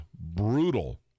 brutal